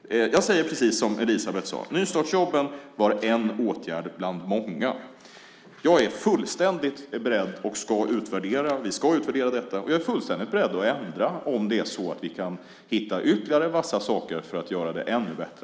Jag säger precis som Elisabeth sade, nämligen att nystartsjobben var en åtgärd bland många. Vi ska utvärdera detta, och jag är fullständigt beredd att ändra om vi kan hitta ytterligare vassa saker för att göra det ännu bättre.